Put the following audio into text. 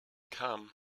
come